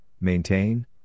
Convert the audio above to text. maintain